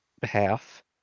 behalf